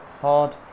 hard